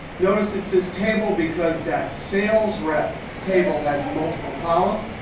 notice, it says table because that sales rep table has multiple columns.